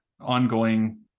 ongoing